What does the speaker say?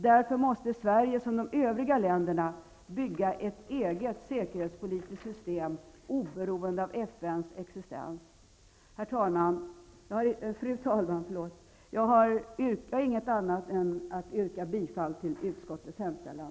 Sverige måste därför, som de övriga länderna, bygga upp ett eget säkerhetspolitiskt system oberoende av FN:s existens. Fru talman! Jag yrkar bifall till utskottets hemställan.